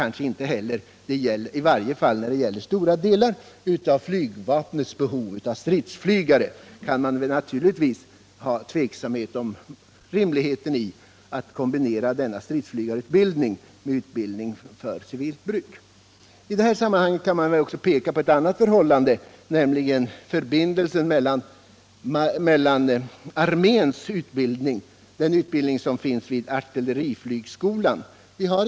När det gäller flygvapnets behov av stridsflygare kan det naturligtvis råda tvivel om det rimliga i att kombinera denna stridsflygarutbildning med utbildning för civilt bruk. Man kan också peka på förbindelsen med den utbildning som sker vid artilleriflygskolan.